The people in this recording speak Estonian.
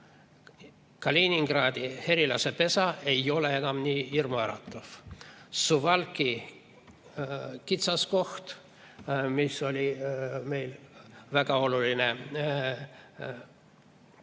Kaliningradi herilasepesa ei ole enam nii hirmuäratav. Suwałki kitsaskoht, mis oli meil väga oluline